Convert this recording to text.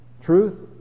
Truth